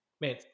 Man